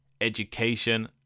education